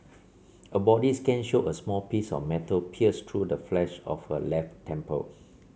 a body scan showed a small piece of metal pierced through the flesh of her left temple